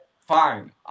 fine